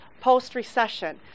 post-recession